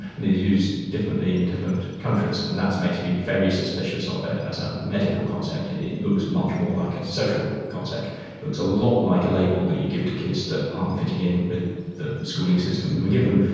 and it is used differently in different countries, and and that makes me very suspicious of it as a medical concept. it looks much more like a social concept. it looks a lot like a label that you give to kids that aren't fitting in with the schooling system that we give them.